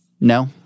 No